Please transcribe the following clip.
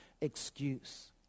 excuse